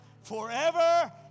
forever